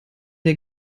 der